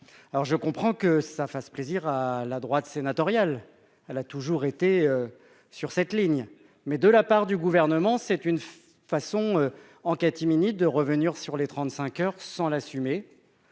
je comprends que ça fasse plaisir à la droite sénatoriale, elle a toujours été sur cette ligne, mais de la part du gouvernement, c'est une façon, en catimini, de revenir sur les 35 heures sans l'assumer